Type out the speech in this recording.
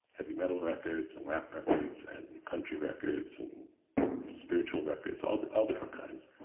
heavy metal records, and rap records, and country records, and spiritual records, all all different kinds.